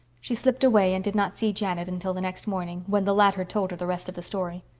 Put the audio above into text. she slipped away and did not see janet until the next morning, when the latter told her the rest of the story.